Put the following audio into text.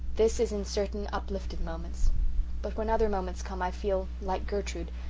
this is in certain uplifted moments but when other moments come i feel, like gertrude,